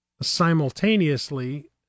Simultaneously